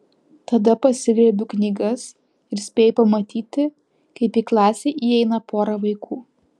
tada pasigriebiu knygas ir spėju pamatyti kaip į klasę įeina pora vaikų